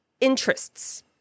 interests